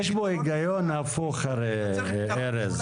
יש פה הגיון הפוך ארז.